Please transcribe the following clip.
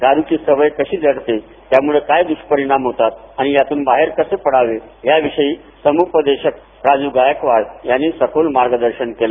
दारूची सवय कशी जडते त्यामुळे काय द्ष्परिणाम होतात आणि यातून बाहेर कसे पडावे याविषयी समुपदेशक प्राजू गायकवाड यांनी सखोल मार्गदर्शन केलं